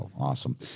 Awesome